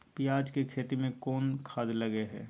पियाज के खेती में कोन खाद लगे हैं?